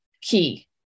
key